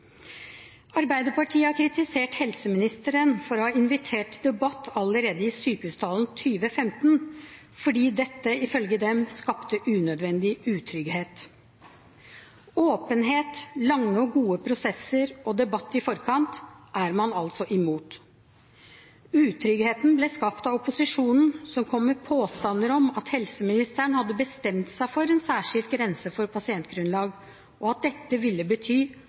Arbeiderpartiet har kritisert helseministeren for å ha invitert til debatt allerede i sykehustalen 2015, fordi dette ifølge dem skapte unødvendig utrygghet. Åpenhet, lange og gode prosesser og debatt i forkant er man altså imot. Utryggheten ble skapt av opposisjonen, som kom med påstander om at helseministeren hadde bestemt seg for en særskilt grense for pasientgrunnlag, og at dette ville bety